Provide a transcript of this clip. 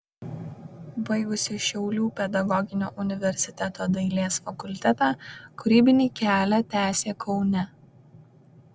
baigusi šiaulių pedagoginio universiteto dailės fakultetą kūrybinį kelią tęsė kaune